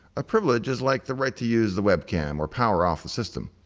a privilege is like the right to use the web cam or power off the system.